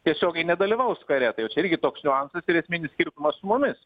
tiesiogiai nedalyvaus kare tai jau čia irgi toks niuansas ir esminis skirtumas su mumis